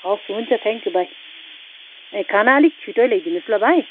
हवस् हुन्छ thank you भाइ ए खाना अलिक छिटै ल्याइदिनुहोस् ल भाइ